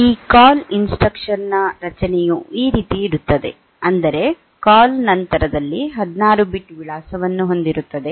ಈ call instruction ನ ರಚನೆಯು ಈ ರೀತಿಯಿರುತ್ತದೆ ಅಂದರೆ ಕಾಲ್ ನಂತರದಲ್ಲಿ 16 ಬಿಟ್ ವಿಳಾಸವನ್ನು ಹೊಂದಿರುತ್ತದೆ